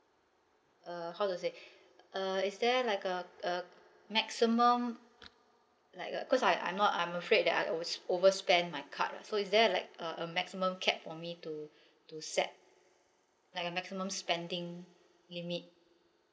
uh how to say uh is there like a a maximum like uh cause I I'm not I'm afraid that I ov~ overspend my card ah so is there like a a maximum cap for me to to set like a maximum spending limit